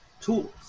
tools